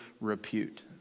repute